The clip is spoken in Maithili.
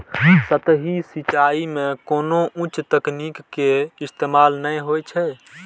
सतही सिंचाइ मे कोनो उच्च तकनीक के इस्तेमाल नै होइ छै